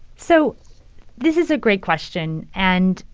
so this is a great question. and,